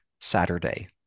Saturday